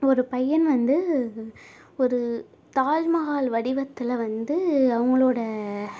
ஒரு பையன் வந்து ஒரு தாஜ்மஹால் வடிவத்தில் வந்து அவங்களோட